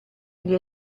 gli